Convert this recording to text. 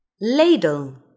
Ladle